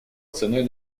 ценой